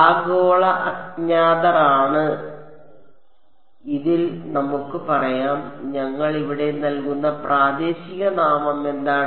ആഗോള അജ്ഞാതർ ആണ് ഇതിൽ നമുക്ക് പറയാം ഞങ്ങൾ ഇവിടെ നൽകുന്ന പ്രാദേശിക നാമം എന്താണ്